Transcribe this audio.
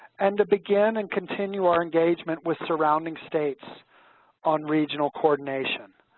and to begin and continue our engagement with surrounding states on regional coordination.